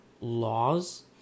laws